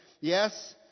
Yes